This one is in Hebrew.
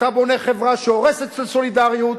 אתה בונה חברה שהורסת סולידריות,